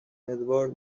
edward